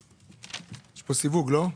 יש כאן סיווג, לא?